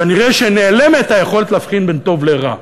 כנראה נעלמת היכולת להבחין בין טוב לרע.